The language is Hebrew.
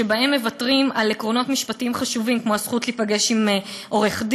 שבהם מוותרים על עקרונות משפטיים חשובים כמו הזכות להיפגש עם עורך-דין,